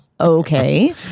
okay